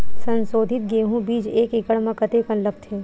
संसोधित गेहूं बीज एक एकड़ म कतेकन लगथे?